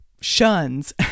shuns